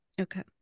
okay